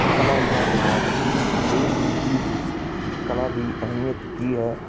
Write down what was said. ਕਲਾ ਜਾਂ ਆਰਟ ਇਹ ਜ਼ਿੰਦਗੀ ਵਿੱਚ ਕਲਾ ਦੀ ਅਹਿਮੀਅਤ ਕੀ ਹੈ